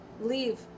leave